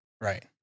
right